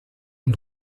und